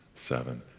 seven,